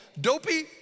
Dopey